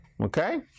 Okay